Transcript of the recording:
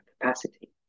capacity